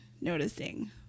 noticing